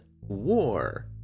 war